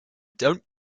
don’t